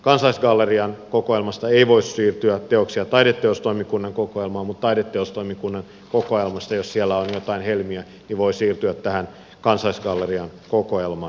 kansallisgallerian kokoelmasta ei voi siirtyä teoksia taideteostoimikunnan kokoelmaan mutta taideteostoimikunnan kokoelmasta jos siellä on jotain helmiä niin voi siirtyä tähän kansallisgallerian kokoelmaan